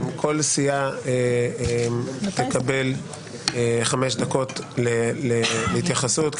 כל סיעה תקבל חמש דקות להתייחסות,